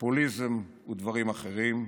פופוליזם ודברים אחרים.